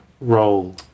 role